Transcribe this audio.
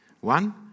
One